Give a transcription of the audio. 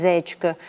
ética